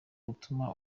gutuma